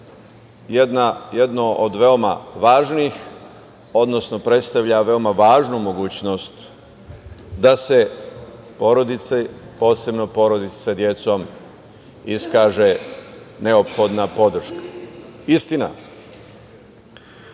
jedno od veoma važnih, odnosno predstavlja veoma važnu mogućnost da se porodici, posebno porodice sa decom, iskaže neophodna podrška. Istina,